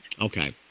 Okay